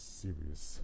serious